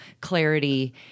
clarity